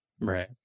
Right